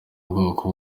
ubwoko